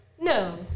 No